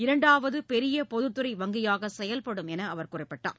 இரண்டாவது பெரிய பொதுத்துறை வங்கியாக செயல்படும் என்று அவர் குறிப்பிட்டார்